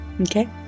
Okay